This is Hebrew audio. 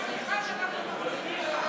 תודה, סליחה שאנחנו מפריעים,